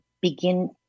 begin